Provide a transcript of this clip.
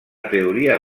teoria